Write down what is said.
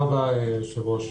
תודה רבה, היושב-ראש.